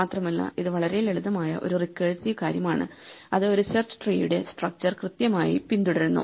മാത്രമല്ല ഇത് വളരെ ലളിതമായ ഒരു റിക്കേഴ്സീവ് കാര്യമാണ് അത് ഒരു സെർച്ച് ട്രീയുടെ സ്ട്രക്ച്ചർ കൃത്യമായി പിന്തുടരുന്നു